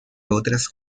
otras